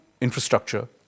infrastructure